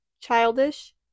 childish